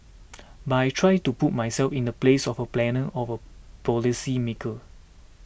but I try to put myself in the place of a planner of a policy maker